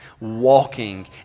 walking